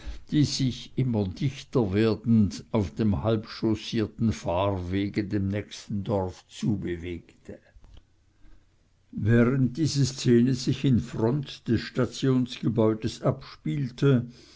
die sich immer dichter werdend auf dem halbchaussierten fahrwege dem nächsten dorfe zu bewegte während diese szene sich in front des stationsgebäudes abspielte